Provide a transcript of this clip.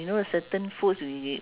like ah jam